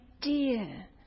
dear